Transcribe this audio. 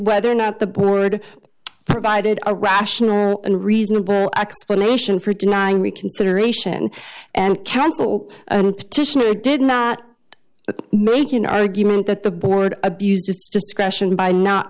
whether or not the board provided a rational and reasonable explanation for denying reconsideration and counsel petitioner did not make an argument that the board abused its discretion by not